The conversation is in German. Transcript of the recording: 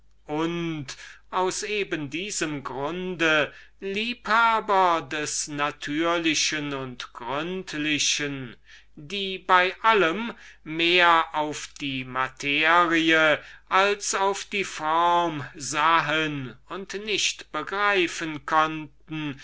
und aus eben diesem grunde liebhaber des natürlichen und gründlichen welche bei allem mehr auf die materie als auf die form sahen und nicht begreifen konnten